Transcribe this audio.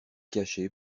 caché